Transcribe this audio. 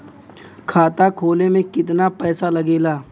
खाता खोले में कितना पैसा लगेला?